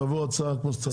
תבואו עם הצעה כמו שצריך.